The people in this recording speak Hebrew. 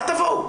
אל תבואו.